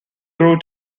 grew